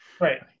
right